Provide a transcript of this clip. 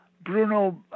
Bruno